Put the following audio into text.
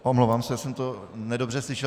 Omlouvám se, já jsem to nedobře slyšel.